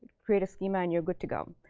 create a schema. and you're good to go.